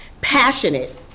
Passionate